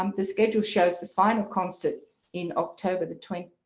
um the schedule shows the final concerts in october the twenty,